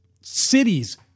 cities